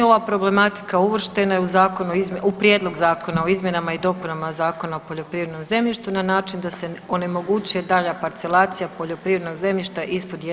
Ova problematika uvrštena je u zakon o, u Prijedlog Zakona o izmjenama i dopunama Zakona o poljoprivrednom zemljištu na način da se onemogućuje daljnja parcelacija poljoprivrednog zemljišta ispod 1 hektar.